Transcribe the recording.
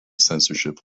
censorship